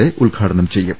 A ഉദ്ഘാടനം ചെയ്യും